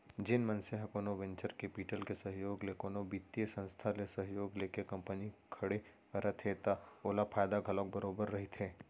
जेन मनसे ह कोनो वेंचर कैपिटल के सहयोग ले कोनो बित्तीय संस्था ले सहयोग लेके कंपनी खड़े करत हे त ओला फायदा घलोक बरोबर रहिथे